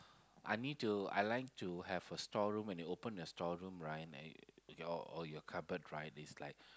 I need to I like to have a storeroom when you open the storeroom right and your or your cupboard right is like